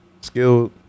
Skilled